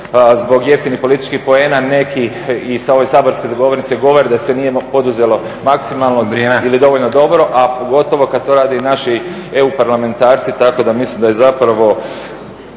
zbog jeftinih političkih poena nekih i sa ove saborske govornice govore da se nije poduzelo maksimalno ili dovoljno dobro … …/Upadica Stazić: Vrijeme./… … A pogotovo kada to rade i naši EU parlamentarci tako da mislim da je zapravo